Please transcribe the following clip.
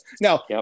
Now